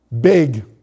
big